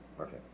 Okay